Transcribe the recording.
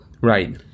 Right